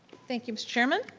thank you, mr. chairman.